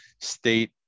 state